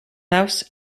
house